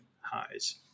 highs